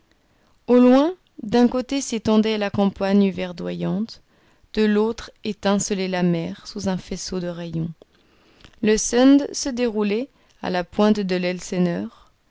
au loin d'un côté s'étendait la campagne verdoyante de l'autre étincelait la mer sous un faisceau de rayons le sund se déroulait à la pointe d'elseneur